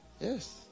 Yes